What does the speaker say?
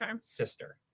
sister